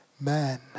man